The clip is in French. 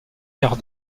quart